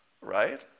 right